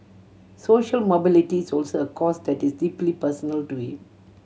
social mobility is also a cause that is deeply personal to him